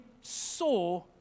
saw